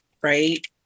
Right